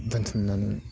दोनथुमनानै